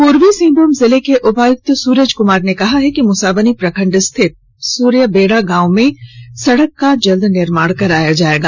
पूर्वी सिंहभूम जिले के उपायुक्त सूरज कुमार ने कहा है कि मुसाबनी प्रखंड स्थित सूर्यबेड़ा गांव में सड़क का जल्द निर्माण किया जाएगा